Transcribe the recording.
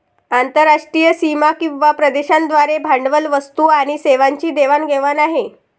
आंतरराष्ट्रीय सीमा किंवा प्रदेशांद्वारे भांडवल, वस्तू आणि सेवांची देवाण घेवाण आहे